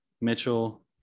Mitchell